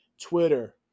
Twitter